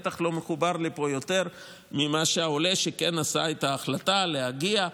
הוא בטח לא מחובר לפה יותר מהעולה שכן עשה את ההחלטה להגיע.